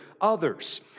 others